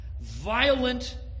violent